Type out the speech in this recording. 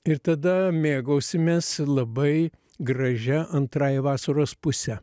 ir tada mėgausimės labai gražia antrąja vasaros puse